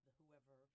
whoever